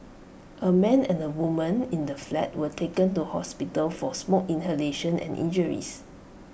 A man and A woman in the flat were taken to hospital for smoke inhalation and injuries